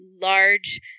large